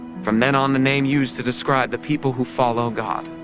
from then on the name used to describe the people who follow god.